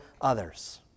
others